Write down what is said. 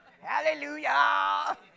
Hallelujah